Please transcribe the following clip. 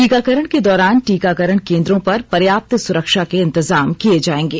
टिकाकरण के दौरान टीकाकरण केंद्रों पर पर्याप्त सुरक्षा के इंतजाम किये जाएंगे